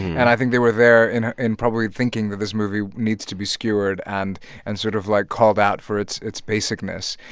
and i think they were there and and probably thinking that this movie needs to be skewered and and sort of, like, called out for its its basicness.